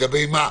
לגבי מה,